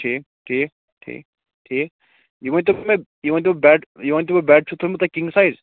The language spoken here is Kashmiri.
ٹھیٖک ٹھیٖک ٹھیٖک ٹھیٖک یہِ ؤنۍتَو مےٚ یہِ ؤنۍتَو بیٚڈ یہِ ؤنۍتَو بیٚڈ چھُو تھوٚومُت تۅہہِ کِنٛگ سایِز